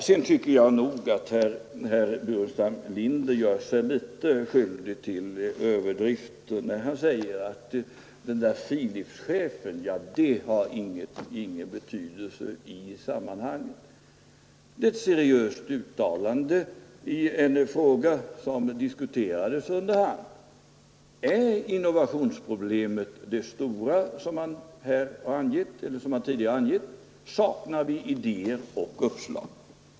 Sedan tycker jag nog att herr Burenstam Linder gör sig skyldig till överdrifter när han säger att Philipschefens uttalande inte har någon betydelse i sammanhanget. Det är ett seriöst uttalande i en fråga som har debatterats: Är innovationen det stora problemet, som det har sagts? Saknar vi idéer och uppslag?